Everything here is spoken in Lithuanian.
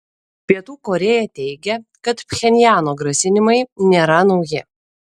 pietų korėja teigia kad pchenjano grasinimai nėra nauji